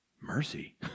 mercy